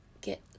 get